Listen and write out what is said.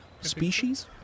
species